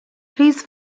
please